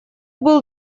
был